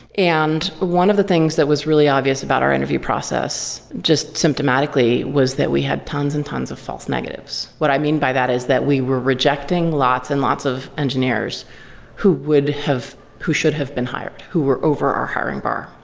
and one of the things that was really obvious about our interview process just symptomatically was that we had tons and tons of false negatives. what i mean by that is that we were rejecting lots and lots of engineers who would have who should have been hired, who were over our hiring bar.